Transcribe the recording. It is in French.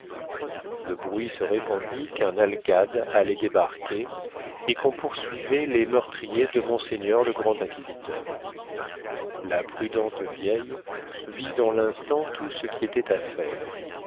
le bruit se répandit qu'un alcade allait débarquer et qu'on poursuivait les meurtriers de monseigneur le grand inquisiteur la prudente vieille vit dans l'instant tout ce qui était à faire